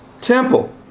temple